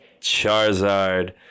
Charizard